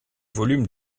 volumes